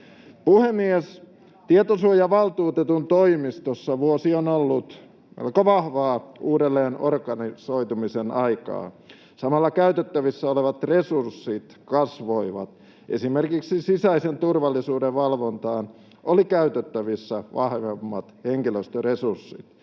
Puhemies! Tietosuojavaltuutetun toimistossa vuosi on ollut melko vahvaa uudelleenorganisoitumisen aikaa. Samalla käytettävissä olevat resurssit kasvoivat. Esimerkiksi sisäisen turvallisuuden valvontaan oli käytettävissä vahvemmat henkilöstöresurssit.